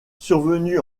survenu